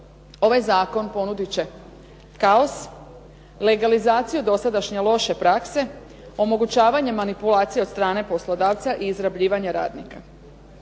Ovaj zakon ponudit će kao, legalizaciju dosadašnje loše prakse, omogućavanje manipulacija od strane poslodavca i izrabljivanja radnika.